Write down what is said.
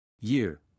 Year